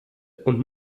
und